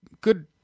Good